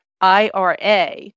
IRA